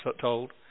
told